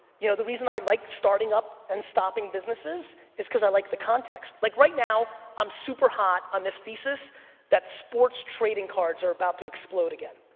you know the reason i like starting up and stopping businesses is cause i like the context. like right now, i'm super hot on this theses that sports trading cards are about to explode again.